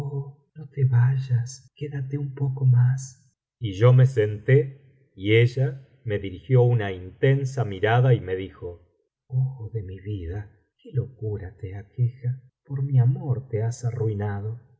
no te vayas quédate un poco mas y yo me senté y ella me dirigió una intensa mirada y me dijo ojo de mi vida qué locura te aqueja por mi amor te has arruinado